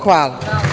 Hvala.